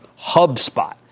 HubSpot